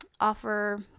offer